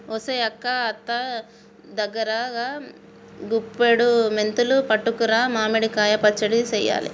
ఒసెయ్ అక్క అత్త దగ్గరా గుప్పుడి మెంతులు పట్టుకురా మామిడి కాయ పచ్చడి సెయ్యాల